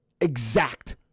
Exact